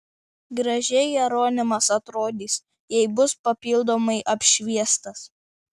gražiai jeronimas atrodys jei bus papildomai apšviestas